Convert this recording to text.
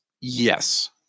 Yes